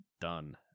done